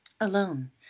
Alone